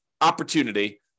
opportunity